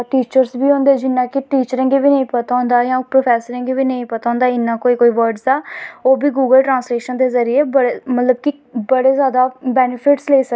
इक दुए दी गल्ल नेंई लांदे ते एह्दे साढ़ा मतलव केह् फायदा बाकी पार्टियें साढ़ा फायदा ते चुकिकी लैनां बाकी जिन्नें होर बी कोई कोई बी कास्ट होऐ ओह् साढ़ा फायदा चुक्कदे